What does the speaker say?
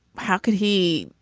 how could he?